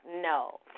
No